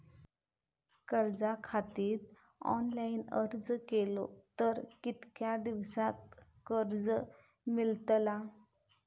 कर्जा खातीत ऑनलाईन अर्ज केलो तर कितक्या दिवसात कर्ज मेलतला?